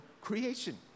creation